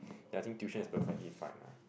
then I think tuition is perfectly fine lah